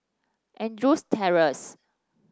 Andrews Terrace